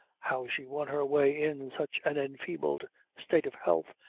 how she won her way in such an enfeebled state of health,